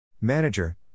Manager